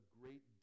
great